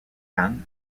canne